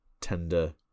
tender